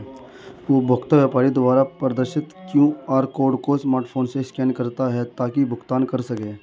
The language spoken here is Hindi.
उपभोक्ता व्यापारी द्वारा प्रदर्शित क्यू.आर कोड को स्मार्टफोन से स्कैन करता है ताकि भुगतान कर सकें